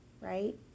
right